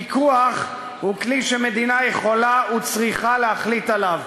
פיקוח הוא כלי שמדינה יכולה וצריכה להחליט עליו,